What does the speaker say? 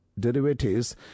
derivatives